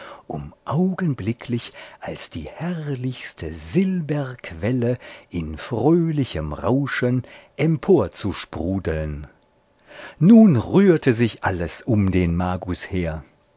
um augenblicklich als die herrlichste silberquelle in fröhlichem rauschen emporzusprudeln nun rührte sich alles um den magus her